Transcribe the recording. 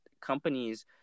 companies